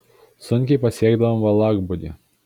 sunkiai pasiekdavom valakbūdį